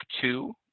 two